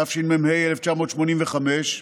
התשמ"ה 1985,